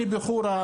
אני בחורה,